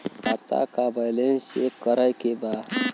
खाता का balance check करे के बा?